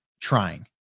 trying